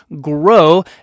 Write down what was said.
grow